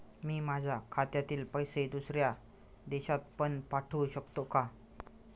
मी माझ्या खात्यातील पैसे दुसऱ्या देशात पण पाठवू शकतो का?